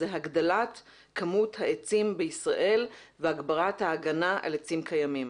זאת הגדלת כמות העצים בישראל והגברת ההגנה על עצים קיימים.